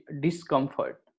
discomfort